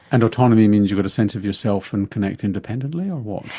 and autonomy means you've got a sense of yourself and connect independently, or what?